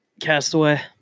Castaway